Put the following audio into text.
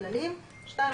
הכללים).2.